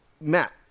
Matt